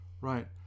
Right